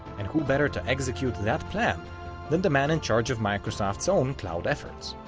and who better to execute that plan than the man in charge of microsoft's own cloud efforts.